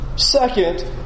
Second